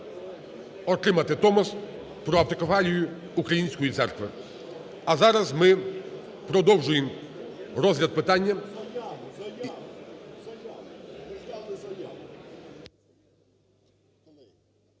отримати Томос про автокефалію Української Церкви. А зараз ми продовжуємо розгляд питання…